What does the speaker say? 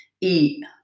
eat